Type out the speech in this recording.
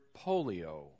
polio